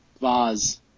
Vaz